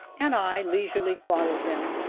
and i leisurely followed them.